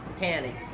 panicked.